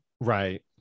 Right